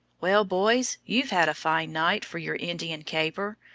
well, boys, you've had a fine night for your indian caper.